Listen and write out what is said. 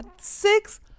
Six